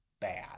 bad